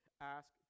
Ask